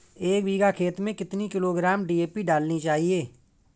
एक बीघा खेत में कितनी किलोग्राम डी.ए.पी डालनी चाहिए?